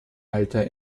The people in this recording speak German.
alter